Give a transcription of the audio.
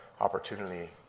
opportunity